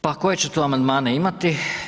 Pa koje ću to amandmane imati?